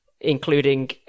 including